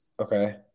Okay